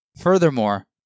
Furthermore